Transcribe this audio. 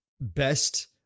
best